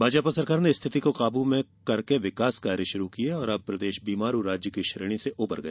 भाजपा सरकार ने स्थिति को काबू में करके विकास कार्य शुरू किए और अब प्रदेश बीमारू राज्य की श्रेणी से उबर गया